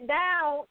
down